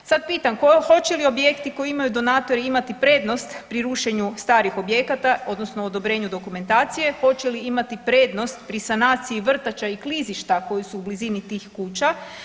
Sad pitam hoće li objekti koje imaju donatori imati prednost pri rušenju starih objekata, odnosno odobrenju dokumentacije, hoće li imati prednost pri sanaciji vrtača i klizišta koji su u blizini tih kuća.